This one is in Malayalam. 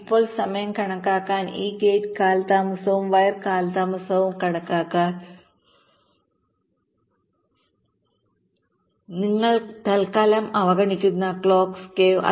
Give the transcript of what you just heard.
ഇപ്പോൾ സമയം കണക്കാക്കാൻ ഈ ഗേറ്റ് കാലതാമസവും വയർ കാലതാമസവും കണക്കാക്കാൻ നിങ്ങൾ തൽക്കാലം അവഗണിക്കുന്ന ക്ലോക്ക് സ്കേവ്